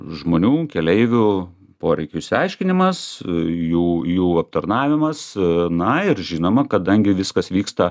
žmonių keleivių poreikių išsiaiškinimas jų jų aptarnavimas na ir žinoma kadangi viskas vyksta